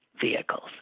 vehicles